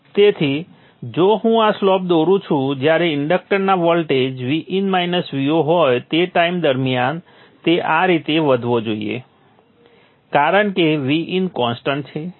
તેથી જો હું આ સ્લોપ દોરું છુ જ્યારે ઇન્ડક્ટરના વોલ્ટેજ Vin - Vo હોય તે ટાઈમ દરમિયાન તે આ રીતે વધવો જોઈએ કારણ કે Vin કોન્સ્ટન્ટ છે